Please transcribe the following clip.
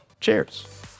Cheers